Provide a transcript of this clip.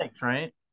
right